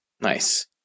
Nice